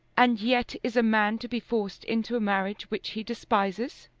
and yet is a man to be forced into a marriage which he despises?